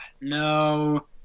no